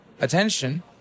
attention